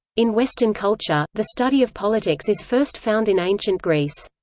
in western culture, the study of politics is first found in ancient greece.